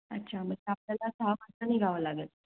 अच्छा म्हणजे आपल्याला सहा वाजता निघावं लागेल